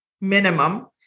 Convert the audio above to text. minimum